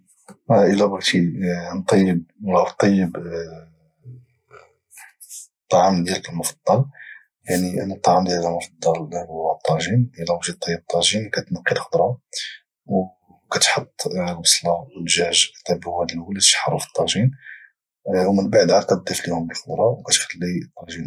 الى بغيتي طيب الطعام ديالك المفضل يعني انا الطعام المفضل ديالي انا هو الطاجين الى بغيتي طيب الطاجين كتنقي الخضرة او كتحط البصلة والدجاج اطيبو هما لولين اتشحرو في الطاجين او من بعد عاد كضيف لهم الخضرة او كتخلي الطاجين اطيب